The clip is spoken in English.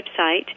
website